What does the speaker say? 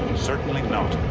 certainly not.